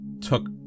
took